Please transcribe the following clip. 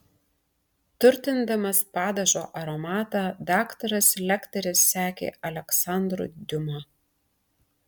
turtindamas padažo aromatą daktaras lekteris sekė aleksandru diuma